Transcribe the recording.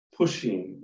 pushing